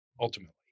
ultimately